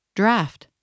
draft